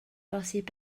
posib